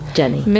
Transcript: jenny